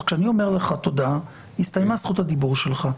כשאני אומר לך "תודה", הסתיימה זכות הדיבור שלך.